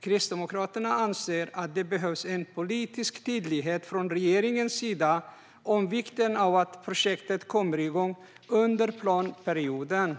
Kristdemokraterna anser att det behövs en politisk tydlighet från regeringens sida om vikten av att projektet kommer igång under planperioden.